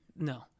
No